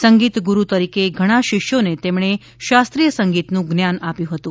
સંગીત ગુરૂ તરીકે ઘણા શિષ્યોને તેમણે શાસ્રીબેય સંગીતનુ જ્ઞાન આપ્યુ હતુ